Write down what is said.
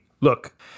look